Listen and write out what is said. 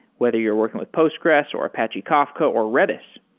whether you're working with postgres, or apache kafka, or redis,